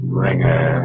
ringer